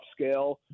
upscale